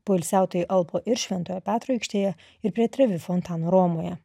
poilsiautojai alpo ir šventojo petro aikštėje ir prie trevi fontano romoje